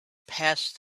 passed